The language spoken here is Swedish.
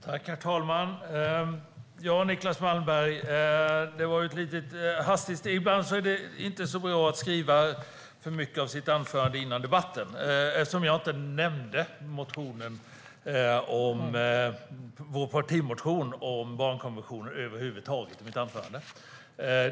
Herr talman! Niclas Malmberg! Ibland är det inte så bra att skriva för mycket av sitt anförande före debatten. Jag nämnde inte vår partimotion om barnkonventionen över huvud taget i mitt anförande.